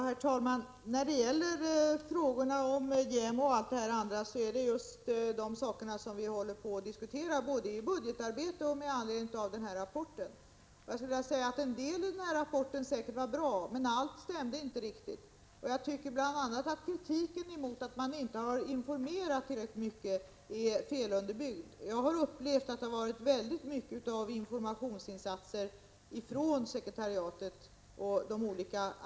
Herr talman! Frågorna om JämO och det andra Charlotte Branting tog upp är sådant som vi håller på att diskutera i samband med budgetarbetet och med anledning av rapporten. Jag kan säga att en del av rapporten säkert var bra, men allt stämde inte riktigt. Jag tycker att kritiken mot att man inte informerat tillräckligt mycket är felunderbyggd. Jag upplever att sekretariatet och de olika organisationerna gjort mycket stora informationsinsatser.